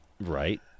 Right